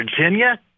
Virginia